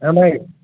ହଁ ଭାଇ